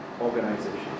organizations